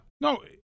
No